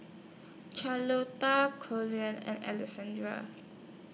Charlotta Corey and Alexandra